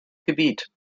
gebiet